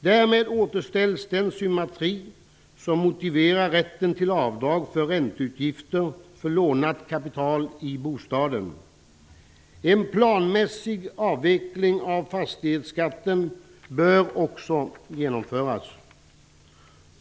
Därmed återställs den symmetri som motiverar rätten till avdrag för ränteutgifter för lånat kapital i bostaden. En planmässig avveckling av fastighetsskatten bör också genomföras.